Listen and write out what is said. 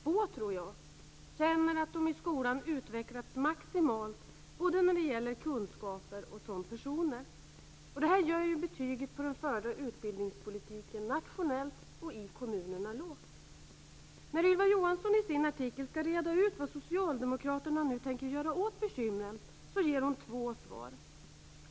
Få, tror jag, känner att de i skolan utvecklats maximalt när det gäller både kunskaper och som personer. Detta gör betyget på den förda utbildningspolitiken nationellt och i kommunerna lågt. När Ylva Johansson i sin artikel skall reda ut vad Socialdemokraterna nu tänker göra åt bekymren ger hon två svar.